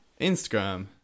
Instagram